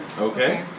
Okay